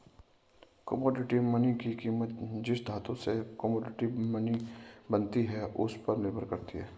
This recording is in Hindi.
कोमोडिटी मनी की कीमत जिस धातु से कोमोडिटी मनी बनी है उस पर निर्भर करती है